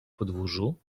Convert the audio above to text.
podwórzu